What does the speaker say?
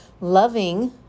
Loving